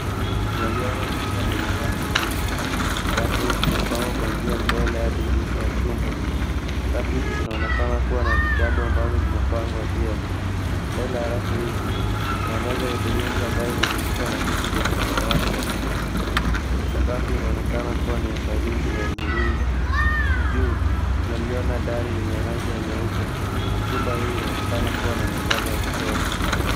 Tunaliona chumba lenye rafu nyingi. Rafu hizi zimepangwa kuanzia mbele hadi mwisho wa chumba. Rafu hizi zinaonekana kuwa na vitabu ambazo zimepangwa vyema. Mbele ya rafu hizi kuna meza ya hudhurungi ambayo iimezungukwa na viti vya samawati na nyeusi. Sakafu inaonekana kuwa ni ya saruji na hudhurungi. Juu tunaliona dari lenye rangi ya nyeupe na chumba hii inaonekana kuwa na mwangaza wa kutosha.